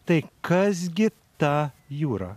tai kas gi ta jura